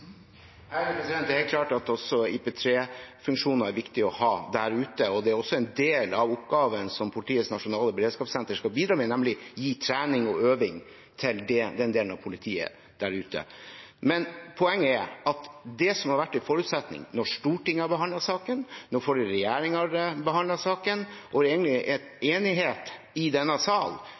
Det er helt klart at også IP3-funksjoner er viktige å ha der ute, og det er også en del av oppgaven som Politiets nasjonale beredskapssenter skal bidra med, nemlig å gi trening og øving til den delen av politiet der ute. Poenget er at det som har vært en forutsetning når Stortinget har behandlet saken, når forrige regjering har behandlet saken, og egentlig en enighet i denne sal,